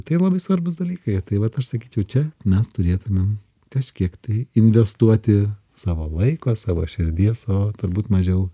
tai labai svarbūs dalykai tai vat aš sakyčiau čia mes turėtumėm kažkiek tai investuoti savo laiko savo širdies o turbūt mažiau